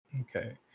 Okay